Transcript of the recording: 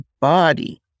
body